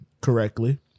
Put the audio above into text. correctly